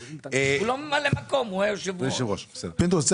הוא לא דיבר, בבני ברק.